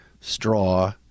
Straw